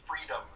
freedom